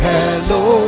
Hello